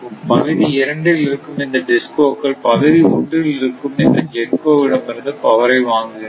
பகுதி இரண்டில் இருக்கும் இந்த DISCO கள் பகுதி ஒன்றில் இருக்கும் இந்த GENCO இடமிருந்து பவரை வாங்குகின்றன